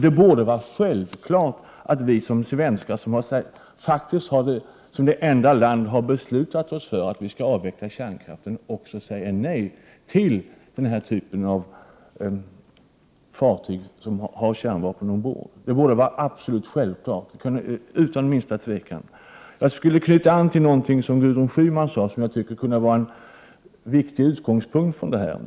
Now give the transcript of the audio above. Det borde vara självklart att vi som svenskar, som det enda folk som har beslutat att avveckla kärnkraften, säger nej till fartyg som har kärnvapen ombord. Det borde vara absolut självklart, utan minsta tvivel. Jag skulle vilja knyta an till något som Gudrun Schyman sade, som jag tycker kunde vara en viktig utgångspunkt.